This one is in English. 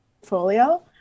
portfolio